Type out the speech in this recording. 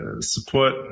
support